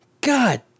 god